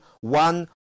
one